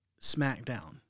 SmackDown